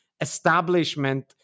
establishment